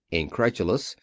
incredulous,